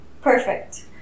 Perfect